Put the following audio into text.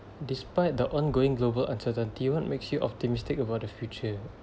despite the ongoing global uncertainty what makes you optimistic about the future